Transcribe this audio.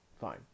fine